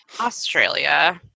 Australia